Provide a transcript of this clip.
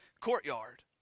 courtyard